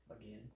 Again